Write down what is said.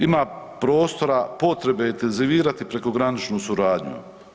Ima prostora, potrebe intenzivirati prekograničnu suradnju.